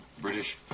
British